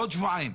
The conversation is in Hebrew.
עוד שבועיים.